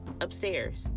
upstairs